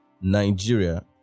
Nigeria